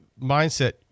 mindset